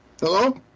Hello